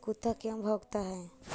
कुत्ता क्यों भौंकता है?